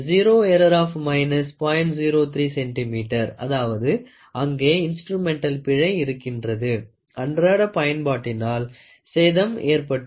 03 centimeter அதாவது அங்கே instrumental பிழை இருந்திருக்கிறது அன்றாட பயன்பாட்டினால் சேதம் ஏற்பட்டுள்ளது